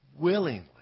willingly